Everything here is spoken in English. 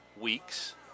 weeks